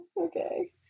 okay